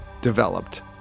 developed